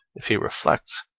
if he reflects,